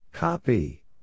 Copy